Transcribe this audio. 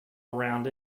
around